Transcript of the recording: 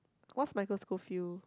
what's Micheal school field